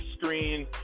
screen